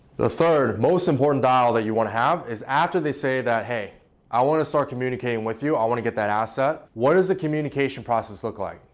the third most important dial that you want to have is after they say that hey i want to start communicating with you, i want to get that asset, what does the communication process look like?